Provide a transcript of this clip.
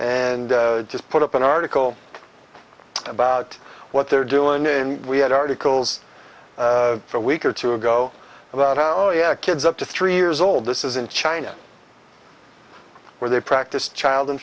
and just put up an article about what they're doing in we had articles for a week or two ago about kids up to three years old this is in china where they practice child